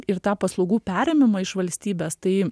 ir tą paslaugų perėmimą iš valstybės tai